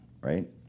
right